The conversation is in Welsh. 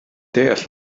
deall